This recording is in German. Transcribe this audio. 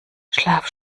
schlaf